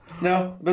No